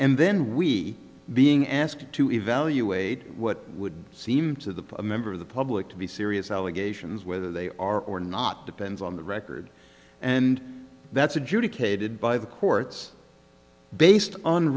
and then we being asked to evaluate what would seem to the member of the public to be serious allegations whether they are or not depends on the record and that's adjudicated by the courts based on